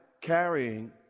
carrying